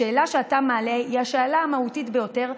השאלה שאתה מעלה היא השאלה המהותית ביותר,